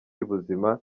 y’ubuzima